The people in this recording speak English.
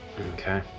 Okay